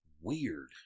weird